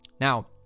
Now